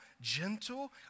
gentle